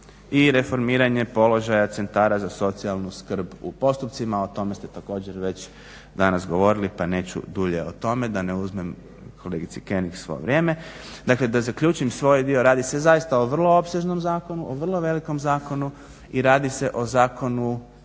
i reformiranje položaja centara za socijalnu skrb u postupcima, o tome ste također već danas govorili pa neću dulje o tome da ne uzmem kolegici König svo vrijeme. Dakle da zaključim svoj dio, radi se zaista o vrlo opsežnom zakonu, o vrlo velikom zakonu i radi se o zakonu